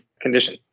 condition